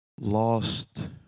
Lost